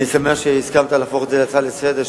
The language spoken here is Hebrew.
אני שמח שהסכמת להפוך את זה להצעה לסדר-היום.